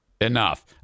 Enough